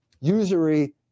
usury